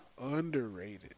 underrated